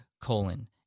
colon